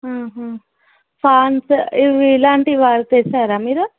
Pond's ఇవి ఇలాంటివి వాడి తెస్తారా మీరు